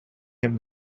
him